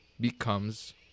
becomes